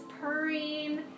purring